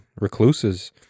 recluses